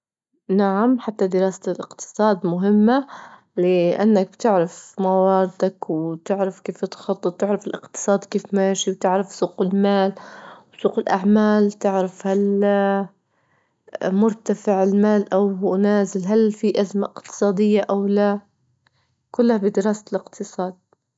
نعم حتى دراسة الإقتصاد مهمة لأنك بتعرف مواردك، وتعرف كيف تخطط، وتعرف الإقتصاد كيف ماشي، وتعرف سوق المال وسوق الأعمال، تعرف هل مرتفع المال أو نازل؟ هل في أزمة إقتصادية أو لا? كلها بدراسة الإقتصاد.